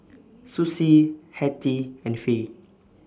Sussie Hattie and Fay